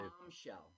bombshell